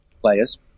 players